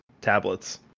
tablets